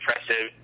impressive